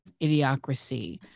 idiocracy